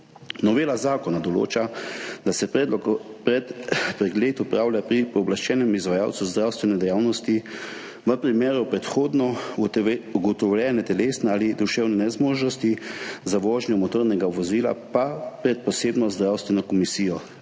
Novela zakona določa, da se pregled opravlja pri pooblaščenem izvajalcu zdravstvene dejavnosti, v primeru predhodno ugotovljene telesne ali duševne nezmožnosti za vožnjo motornega vozila pa pred posebno zdravstveno komisijo.